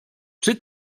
czy